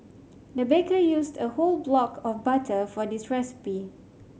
the baker used a whole block of butter for this recipe